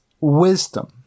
wisdom